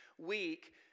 week